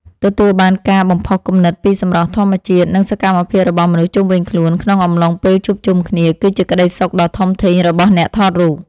ទទួលបានការបំផុសគំនិតពីសម្រស់ធម្មជាតិ និង សកម្មភាពរបស់មនុស្សជុំវិញខ្លួនក្នុងអំឡុងពេលជួបជុំគ្នាគឺជាក្តីសុខដ៏ធំធេងរបស់អ្នកថតរូប។